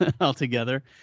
altogether